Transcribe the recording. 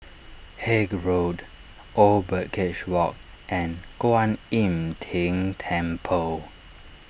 Haig Road Old Birdcage Walk and Kuan Im Tng Temple